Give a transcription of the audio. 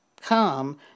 come